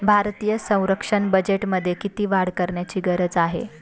भारतीय संरक्षण बजेटमध्ये किती वाढ करण्याची गरज आहे?